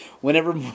whenever